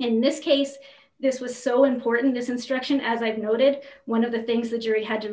in this case this was so important this instruction as i have noted one of the things the jury had to